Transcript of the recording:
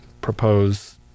propose